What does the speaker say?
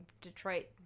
Detroit